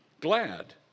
glad